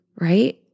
Right